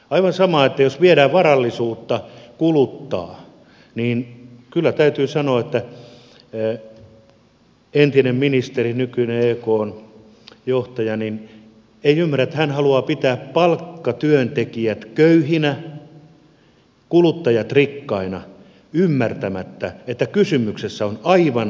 aivan sama että jos viedään varallisuutta kuluttaa niin kyllä täytyy sanoa että entinen ministeri nykyinen ekn johtaja ei ymmärrä että hän haluaa pitää palkkatyöntekijät köyhinä kuluttajat rikkaina ymmärtämättä että kysymyksessä ovat aivan samat ihmiset